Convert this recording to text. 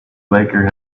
biker